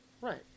Right